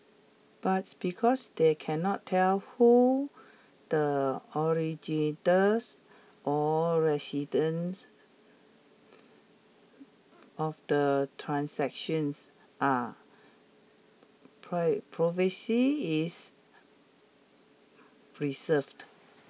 but because they cannot tell who the or residents of the transactions are privacy is preserved